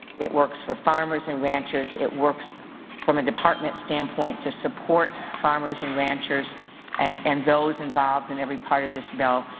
it works for farmers and ranchers. it works from a department standpoint to support farmers and ranchers and and those involved in every part of this bill,